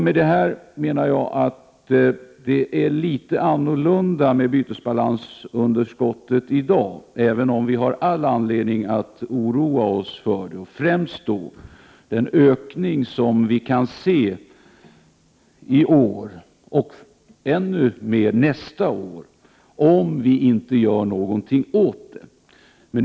Med det sagda menar jag att det är litet annorlunda med bytesbalansunderskottet i dag, även om vi har all anledning att oroa oss, främst då med tanke på den ökning som vi kan få i år — och ännu mer nästa år — om vi inte gör någonting åt det hela.